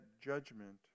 judgment